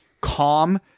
calm